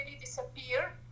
disappear